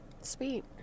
sweet